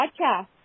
podcast